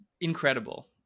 incredible